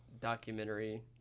documentary